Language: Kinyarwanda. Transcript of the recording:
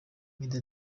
meddy